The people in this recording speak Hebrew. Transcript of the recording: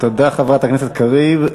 תודה, חברת הכנסת קריב.